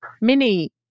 Minnie